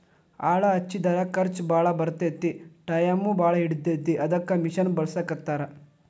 ಆಳ ಹಚ್ಚಿದರ ಖರ್ಚ ಬಾಳ ಬರತತಿ ಟಾಯಮು ಬಾಳ ಹಿಡಿತತಿ ಅದಕ್ಕ ಮಿಷನ್ ಬಳಸಾಕತ್ತಾರ